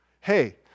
hey